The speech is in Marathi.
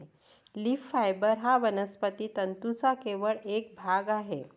लीफ फायबर हा वनस्पती तंतूंचा केवळ एक भाग आहे